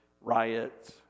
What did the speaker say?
riots